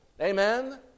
Amen